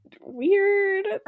Weird